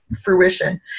fruition